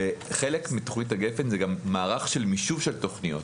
וחלק מתוכנית גפ"ן זה גם מערך של מישוב של תוכניות,